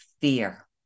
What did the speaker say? fear